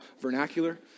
vernacular